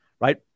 right